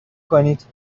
کنید